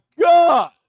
god